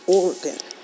organ